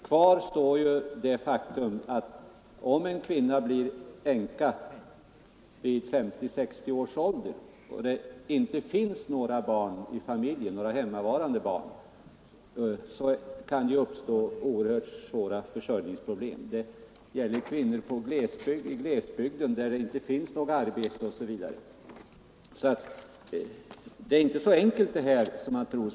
Kvar står det faktum att det kan uppstå oerhört svåra försörjningsproblem för en kvinna som blir änka vid 50-60 års ålder och som inte har några hemmavarande barn i familjen. Detta gäller särskilt för kvinnor i glesbygden, där det inte finns något arbete, osv. Problemet är alltså inte så enkelt som man kanske tror.